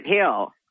hill